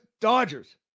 Dodgers